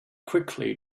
quickly